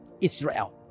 Israel